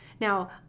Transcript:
Now